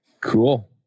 Cool